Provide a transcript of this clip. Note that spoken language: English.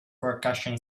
percussion